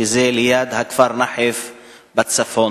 שזה ליד הכפר נחף בצפון.